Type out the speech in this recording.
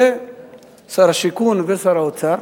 שר השיכון ושר האוצר,